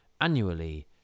annually